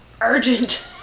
urgent